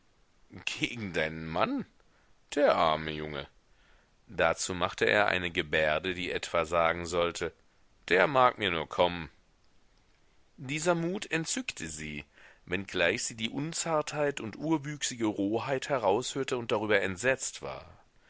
gegen deinen mann der arme junge dazu machte er eine gebärde die etwa sagen sollte der mag mir nur kommen dieser mut entzückte sie wenngleich sie die unzartheit und urwüchsige roheit heraushörte und darüber entsetzt war